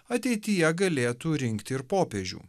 ateityje galėtų rinkti ir popiežių